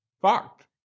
Fucked